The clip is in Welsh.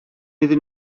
iddyn